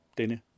denne